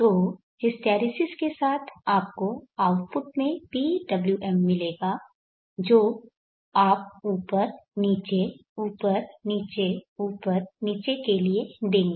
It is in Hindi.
तो हिस्टैरिसीस के साथ आपको आउटपुट में PWM मिलेगा जो आप ऊपर नीचे ऊपर नीचे ऊपर नीचे के लिए देंगे